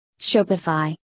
Shopify